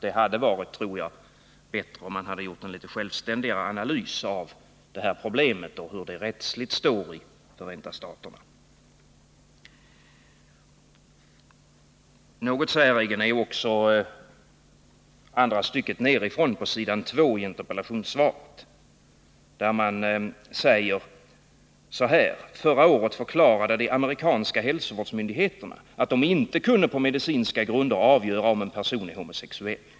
Det hade varit, tror jag, bättre om man gjort en litet självständigare analys av problemet och hur det står till i Förenta staterna. Något säregen är också följande passus i interpellationssvaret: ”Förra året förklarade de amerikanska hälsovårdsmyndigheterna att de inte kunde på medicinska grunder avgöra om en person är homosexuell.